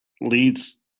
leads